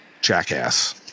jackass